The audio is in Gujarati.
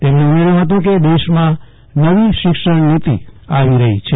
તેમણે ઉમેર્યુ હતું કેદેશમાં નવી શિક્ષણ નીતિ આવી રહી છે